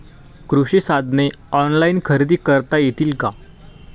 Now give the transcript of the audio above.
कृषी साधने ऑनलाइन खरेदी करता येतील का?